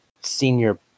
senior